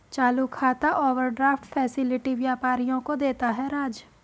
चालू खाता overdraft facility व्यापारियों को देता है राज